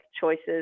choices